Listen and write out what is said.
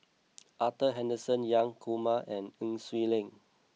Arthur Henderson Young Kumar and Nai Swee Leng